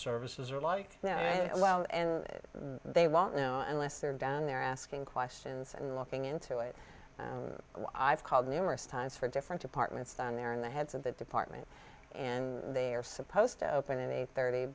services are like now and they won't know unless they're down there asking questions and looking into it i've called numerous times from different departments down there in the heads of the department and they're supposed to open in eight thirty